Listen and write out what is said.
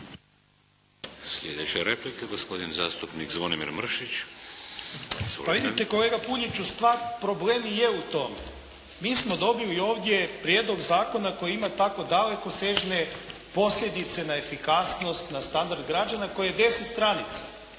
Slijedeća replika gospodin zastupnik Zvonimir Mršić. Izvolite. **Mršić, Zvonimir (SDP)** Pa vidite kolega Puljiću stvarni problem je i u tome. Mi smo dobili ovdje prijedlog zakona koji ima tako dalekosežne posljedice na efikasnost, na standard građana koji je deset stranica.